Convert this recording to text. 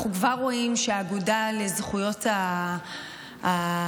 אנחנו כבר רואים שהאגודה לזכויות הלהט"ב